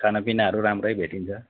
खानापिनाहरू राम्रै भेटिन्छ